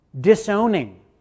disowning